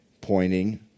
Pointing